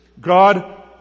God